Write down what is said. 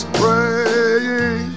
praying